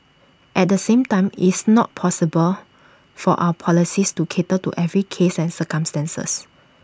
at the same time it's not possible for our policies to cater to every case and circumstances